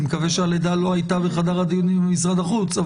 אני מקווה שהלידה לא הייתה בחדר הדיונים במשרד החוץ.